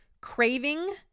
craving